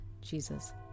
Jesus